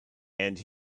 and